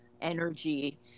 energy